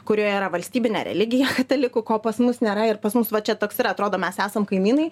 kurioje yra valstybinė religija katalikų ko pas mus nėra ir pas mus va čia toks yra atrodo mes esam kaimynai